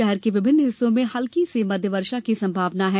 शहर के विभिन्न हिस्सों में हलकी से मध्य वर्षा की संभावना है